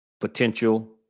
potential